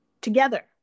together